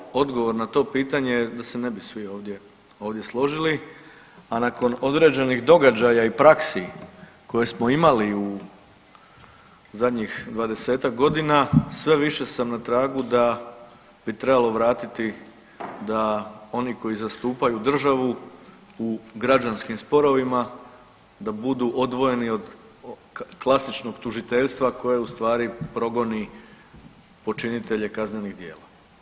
Mislim da bi odgovor na to pitanje, da se ne bi svi ovdje, ovdje složili, a nakon određenih događaja i praksi koje smo imali u zadnjih 20-tak godina sve više sam na tragu da bi trebalo vratiti da oni koji zastupaju državu u građanskim sporovima da budu odvojeni od klasičnog tužiteljstva koje u stvari progoni počinitelje kaznenih djela.